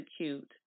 execute